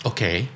Okay